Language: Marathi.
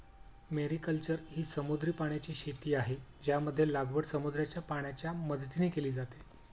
मेरीकल्चर ही समुद्री पाण्याची शेती आहे, ज्यामध्ये लागवड समुद्राच्या पाण्याच्या मदतीने केली जाते